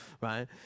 right